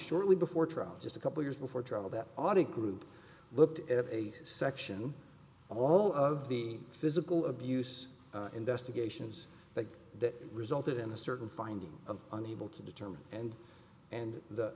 shortly before trial just a couple years before trial that audit group looked at a section all of the physical abuse investigations that resulted in a certain finding of unable to determine and and